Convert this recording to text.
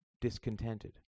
discontented